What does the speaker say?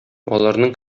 аларның